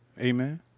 Amen